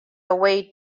away